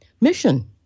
mission